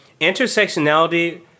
intersectionality